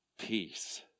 peace